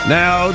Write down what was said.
now